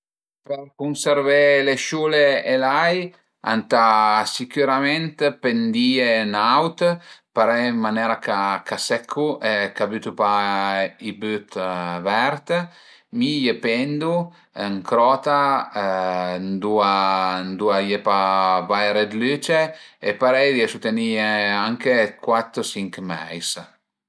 Per cunservé le siule e l'ai ëntà sicütament pendìe ën aut, parei ën manera ch'a seccu e ch'a bütu pa i büt vert, mi i pendu ën crota ëndua ëndua a ie pa vaire dë lüce e parei riesu a teni-ie anche cuat o sinch meis